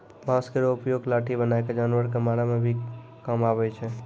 बांस केरो उपयोग लाठी बनाय क जानवर कॅ मारै के भी काम आवै छै